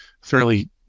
fairly